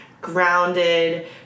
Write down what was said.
grounded